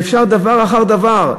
ואפשר להראות דבר אחר דבר,